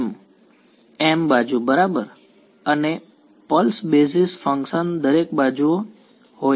વિદ્યાર્થી m m બાજુ બરાબર અને પલ્સ બેઝિસ ફંક્શન દરેક બાજુએ હોય છે બરાબર